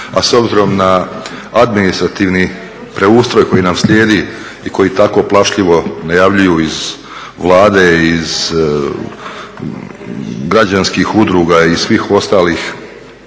a s obzirom na administrativni preustroj koji nam slijedi i koji tak plašljivo najavljuju iz Vlade, iz građanskih udruga i svih ostalih